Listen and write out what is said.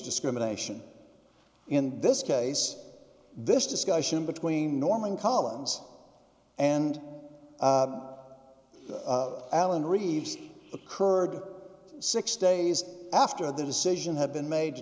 discrimination in this case this discussion between norman collins and alan reeves occurred six days after the decision had been made to